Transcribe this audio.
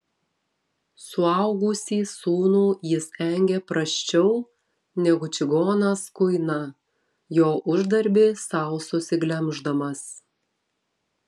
suaugusį sūnų jis engė prasčiau negu čigonas kuiną jo uždarbį sau susiglemždamas